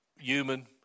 human